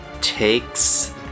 takes